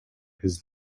his